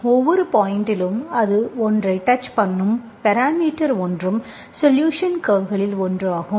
ஒவ்வொரு பாயிண்ட்டிலும் அது ஒன்றை டச் பண்ணும் பேராமீட்டர் ஒன்றும் சொலுஷன் கர்வ்களில் ஒன்று ஆகும்